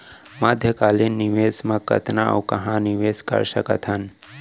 मध्यकालीन निवेश म कतना अऊ कहाँ निवेश कर सकत हन?